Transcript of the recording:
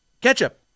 Ketchup